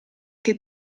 che